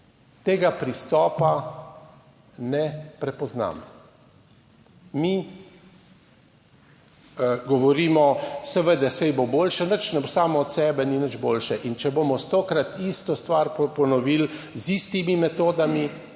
tega pristopa ne prepoznam. Mi govorimo, seveda, saj bo boljše, nič ne bo. Samo od sebe, ni nič boljše. In če bomo tokrat isto stvar ponovili z istimi metodami,